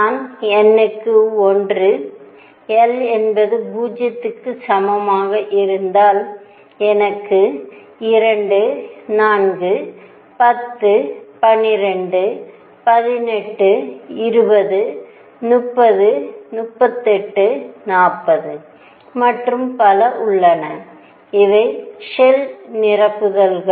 நான் n க்கு 1 l என்பது 0 க்கு சமமாக இருந்தால் எனக்கு 2 4 10 12 18 20 30 38 40 மற்றும் பல உள்ளன இவை ஷெல் நிரப்புதல்கள்